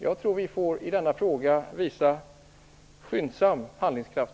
Jag tror att vi i denna fråga får visa skyndsam handlingskraft.